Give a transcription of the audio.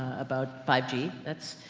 about five g. that's,